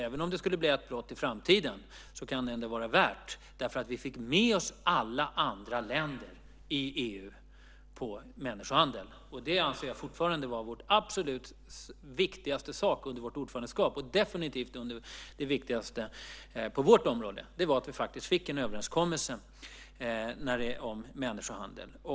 Även om det skulle bli ett enda brott i framtiden så kan det vara värt detta eftersom vi fick med oss alla andra länder i EU på det här. Jag anser detta fortfarande vara vår absolut viktigaste sak under Sveriges ordförandeskap, och definitivt den viktigaste på vårt område. Vi fick alltså en överenskommelse om människohandel.